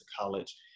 college